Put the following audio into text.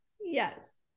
yes